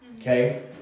Okay